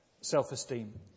self-esteem